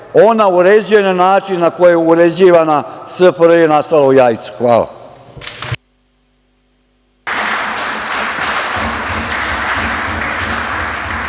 ona uređuje na način na koji je uređivana SFRJ nastala u Jajcu. Hvala.